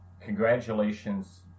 Congratulations